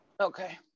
Okay